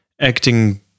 acting